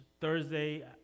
Thursday